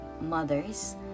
mothers